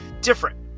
Different